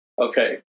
Okay